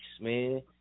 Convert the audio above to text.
man